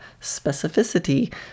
specificity